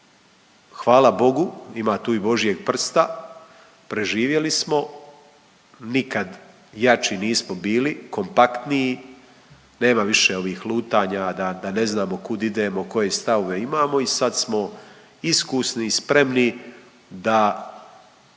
hvala Bogu, ima tu i Božjeg prsta, preživjeli smo, nikad jači nismo bili, kompaktniji, nema više ovih lutanja, da ne znamo kud idemo, koje stavove imamo i sad smo iskusni i spremni da